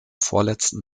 vorletzten